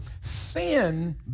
Sin